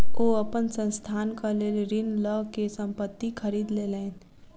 ओ अपन संस्थानक लेल ऋण लअ के संपत्ति खरीद लेलैन